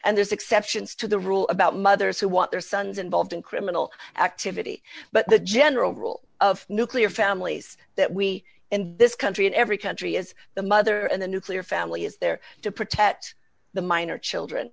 and there's exceptions to the rule about mothers who want their sons involved in criminal activity but the general rule of nuclear families that we in this country in every country is the mother and the nuclear family is there to protect the minor children